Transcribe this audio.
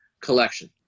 collection